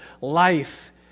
life